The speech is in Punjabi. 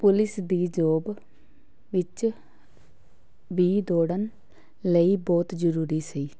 ਪੁਲਿਸ ਦੀ ਜੋਬ ਵਿੱਚ ਵੀ ਦੌੜਨ ਲਈ ਬਹੁਤ ਜ਼ਰੂਰੀ ਸੀ